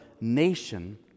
nation